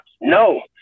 no